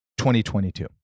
2022